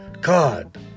God